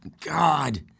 God